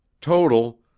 Total